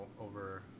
over